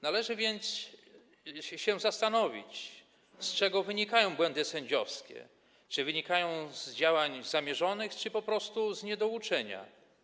Należy więc się zastanowić, z czego wynikają błędy sędziowskie, czy wynikają z działań zamierzonych czy po prostu z niedouczenia.